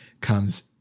comes